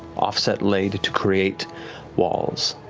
offset laid to create walls.